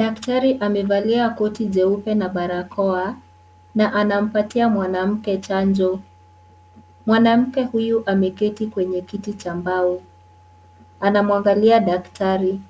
Daktari amevalia koti jeupe na barakoa na anampatia mwanamke chanjo. Mwanamke huyu, ameketi kwenye kiti cha mbao. Anamwangalia daktari.